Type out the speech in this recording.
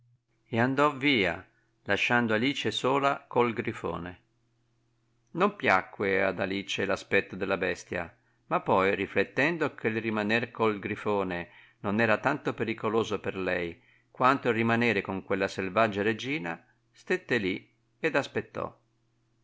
e andò via lasciando alice sola col grifone non piacque ad alice l'aspetto della bestia ma poi riflettendo che il rimaner col grifone non era tanto pericoloso per lei quanto il rimanere con quella selvaggia regina stette lì ed aspettò